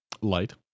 Light